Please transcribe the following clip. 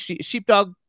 sheepdog